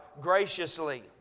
graciously